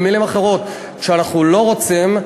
במילים אחרות, כשאנחנו לא רוצים,